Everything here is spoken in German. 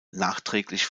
nachträglich